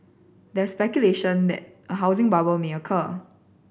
there is speculation that a housing bubble may occur